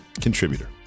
contributor